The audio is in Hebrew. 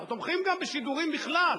אנחנו תומכים גם בשידורים בכלל,